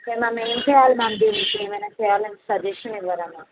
okay ma'am ఏమి చేయాలి ma'am దీనికి ఏమైన చేయాలని సజెషన్ ఇవ్వరా మ్యామ్